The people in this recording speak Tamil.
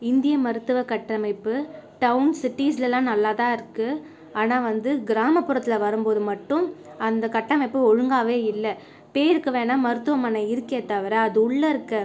இந்திய மருத்துவ கட்டமைப்பு டவுன் சிட்டிஸ்லலாம் நல்லா தான் இருக்கு ஆனால் வந்து கிராமபுறத்தில் வரும்போது மட்டும் அந்த கட்டமைப்பு ஒழுங்காகவே இல்லை பேருக்கு வேணா மருத்துவமனை இருக்கே தவிர அது உள்ளே இருக்க